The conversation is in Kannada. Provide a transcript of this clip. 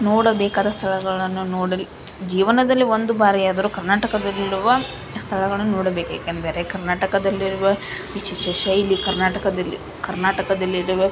ನೋಡಬೇಕಾದ ಸ್ಥಳಗಳನ್ನು ನೋಡಲು ಜೀವನದಲ್ಲಿ ಒಂದು ಬಾರಿಯಾದರು ಕರ್ನಾಟಕದಲ್ಲಿರುವ ಸ್ಥಳಗಳನ್ನು ನೋಡಬೇಕು ಏಕೆಂದರೆ ಕರ್ನಾಟಕದಲ್ಲಿರುವ ವಿಶೇಷ ಶೈಲಿ ಕರ್ನಾಟಕದಲ್ಲಿ ಕರ್ನಾಟಕದಲ್ಲಿರುವ